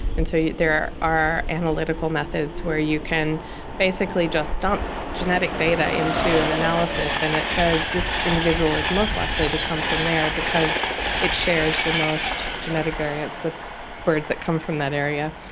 and so there are analytical methods where you can basically just dump genetic data into an analysis and it says this individual is most likely to come from there because it shares the most genetic variance with birds that come from that area.